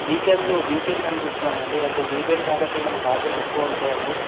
వీకెండ్లో వీకెండ్ అనుకుంటున్నాము అండి అంటే వీకెండ్ కాబట్టి ఏమైనా ఛార్జెస్ ఎక్కువ ఉంటాయి అండి